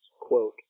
quote